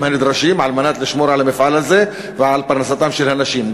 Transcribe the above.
הנדרשים כדי לשמור על המפעל הזה ועל פרנסת אנשים,